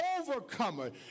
overcomer